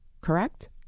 correct